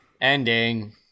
Ending